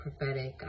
prophetic